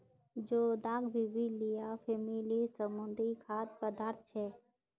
जोदाक बिब्लिया फॅमिलीर समुद्री खाद्य पदार्थ छे